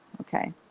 Okay